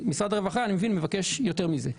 אני מבין שמשרד הרווחה מבקש יותר מזה.